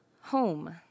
Home